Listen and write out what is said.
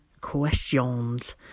questions